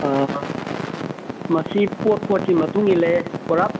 ꯃꯁꯤ ꯄꯣꯠ ꯄꯣꯠꯀꯤ ꯃꯇꯨꯡꯏꯜꯂꯦ ꯄꯨꯔꯥ